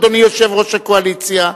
אדוני יושב-ראש הקואליציה.